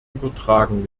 übertragen